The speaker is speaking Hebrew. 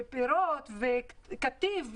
יש פירות יש קטיף,